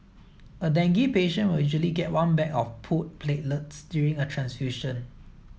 a dengue patient will usually get one bag of pooled platelets during a transfusion